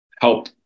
help